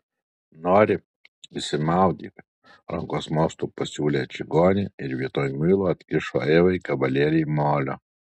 nori išsimaudyk rankos mostu pasiūlė čigonė ir vietoj muilo atkišo evai gabalėlį molio